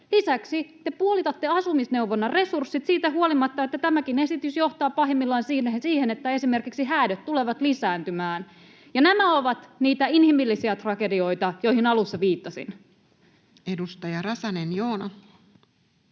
Lisäksi te puolitatte asumisneuvonnan resurssit siitä huolimatta, että tämäkin esitys johtaa pahimmillaan siihen, että esimerkiksi häädöt tulevat lisääntymään. Nämä ovat niitä inhimillisiä tragedioita, joihin alussa viittasin. [Speech 90] Speaker: Toinen